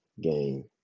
game